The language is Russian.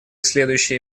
следующие